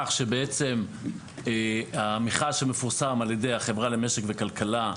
כך שבעצם המכרז שמפורסם על ידי החברה למשק וכלכלה,